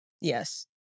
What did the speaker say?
Yes